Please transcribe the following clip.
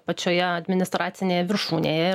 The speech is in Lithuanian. pačioje administracinėje viršūnėje